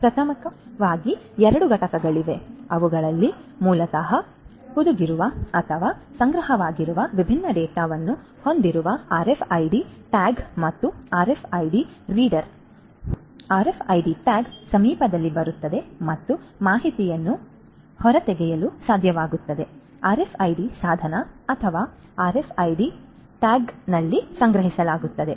ಆದ್ದರಿಂದ ಪ್ರಾಥಮಿಕವಾಗಿ ಎರಡು ಘಟಕಗಳಿವೆ ಅವುಗಳಲ್ಲಿ ಮೂಲತಃ ಹುದುಗಿರುವ ಅಥವಾ ಸಂಗ್ರಹವಾಗಿರುವ ವಿಭಿನ್ನ ಡೇಟಾವನ್ನು ಹೊಂದಿರುವ ಆರ್ಎಫ್ಐಡಿ ಟ್ಯಾಗ್ ಮತ್ತು ಆರ್ಎಫ್ಐಡಿ ರೀಡರ್ ಆರ್ಎಫ್ಐಡಿ ಟ್ಯಾಗ್ನ ಸಮೀಪದಲ್ಲಿ ಬರುತ್ತದೆ ಮತ್ತು ಮಾಹಿತಿಯನ್ನು ಹೊರತೆಗೆಯಲು ಸಾಧ್ಯವಾಗುತ್ತದೆ RFID ಸಾಧನ ಅಥವಾ RFID ಟ್ಯಾಗ್ನಲ್ಲಿ ಸಂಗ್ರಹಿಸಲಾಗಿದೆ